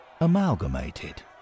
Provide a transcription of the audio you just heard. amalgamated